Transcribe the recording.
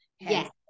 yes